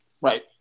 Right